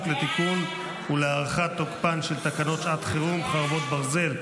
לתיקון ולהארכת תוקפן של תקנות שעת חירום (חרבות ברזל)